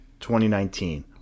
2019